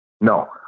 No